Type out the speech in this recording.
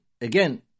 again